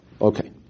Okay